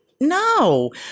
No